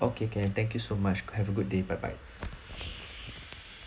okay can thank you so much have a good day bye bye